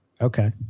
Okay